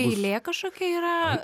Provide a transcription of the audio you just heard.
eilė kažkokia yra